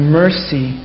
mercy